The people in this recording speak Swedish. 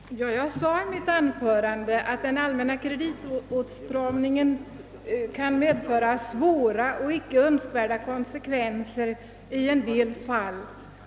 Herr talman! Jag framhöll i mitt anförande att det är svårt att undvika att den allmänna kreditåtstramningen medför besvärliga och icke önskvärda konsekvenser i en del fall.